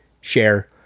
share